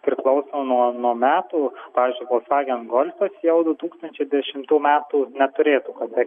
priklauso nuo nuo metų pavyzdžiui volkswagen golfas jau du tūkstančiai dešimtų metų neturėtų patekt